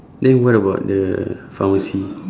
then what about the pharmacy